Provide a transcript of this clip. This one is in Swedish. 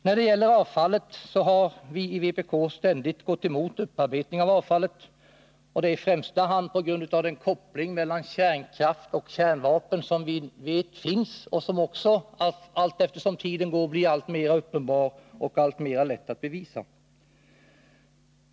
Beträffande avfallet har vi i vpk ständigt gått emot en upparbetning av detta, främst på grund av den koppling mellan kärnkraft och kärnvapen som vi vet finns och som också allteftersom tiden går blir alltmer uppenbar och alltmer lätt att bevisa.